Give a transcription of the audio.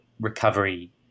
recovery